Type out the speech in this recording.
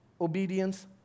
obedience